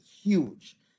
huge